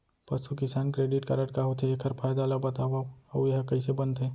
पसु किसान credit card का होथे, एखर फायदा ला बतावव अऊ एहा कइसे बनथे?